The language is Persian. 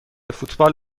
فوتبال